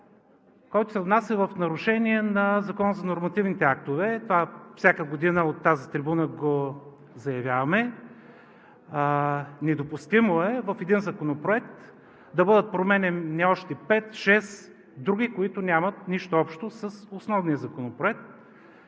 който се внася в нарушение на Закона за нормативните актове. Всяка година от тази трибуна го заявяваме – недопустимо е в един законопроект да бъдат променяни още пет-шест други, които нямат нищо общо с основния Законопроект.